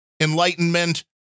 enlightenment